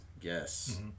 Yes